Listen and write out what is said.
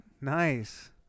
Nice